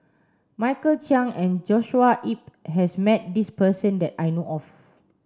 Michael Chiang and Joshua Ip has met this person that I know of